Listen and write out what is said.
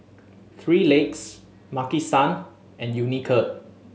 Three Legs Maki San and Unicurd